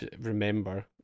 remember